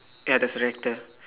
ya there's a tractor